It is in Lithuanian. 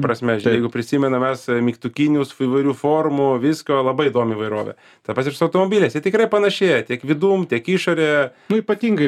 prasme jeigu prisimenam mes mygtukinius įvairių formų visko labai įdomi įvairovė tas pats ir su automobiliais jie tikrai panašėja tiek vidum tiek išore nu ypatingai